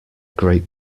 great